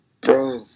Bro